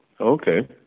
Okay